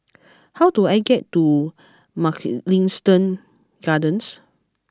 how do I get to Mugliston Gardens